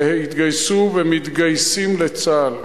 והתגייסו ומתגייסים לצה"ל.